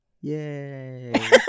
Yay